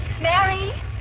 Mary